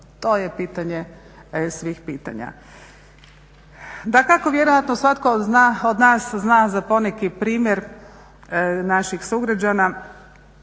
To je pitanje svih pitanja. Dakako vjerojatno svatko zna od nas zna za poneki primjer naših sugrađana